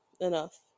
enough